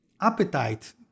appetite